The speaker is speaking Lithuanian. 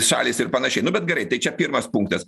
šalys ir panašiai nu bet gerai tai čia pirmas punktas